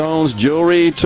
Jewelry